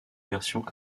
versions